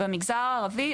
במגזר הערבי,